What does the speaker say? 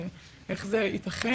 איך זה יתכן.